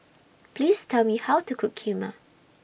Please Tell Me How to Cook Kheema